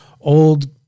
old